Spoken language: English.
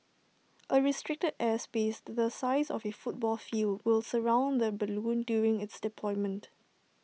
A restricted airspace the size of A football field will surround the balloon during its deployment